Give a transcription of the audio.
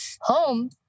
home